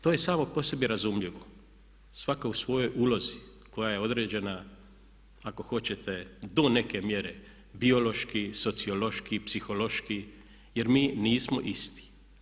To je samo po sebi razumljivo, svatko u svojoj ulozi koja je određena ako hoćete do neke mjere biološki, sociološki, psihološki jer mi nismo isti.